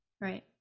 right